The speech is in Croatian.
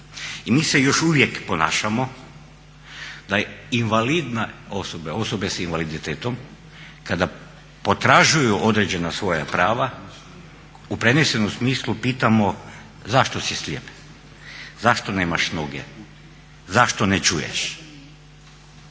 I mi se još uvijek ponašamo da invalidne osobe, osobe sa invaliditetom kada potražuju određena svoja prava u prenesenom smislu pitamo zašto si slijep? Zašto nemaš noge? Zašto ne čuješ?